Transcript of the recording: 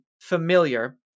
familiar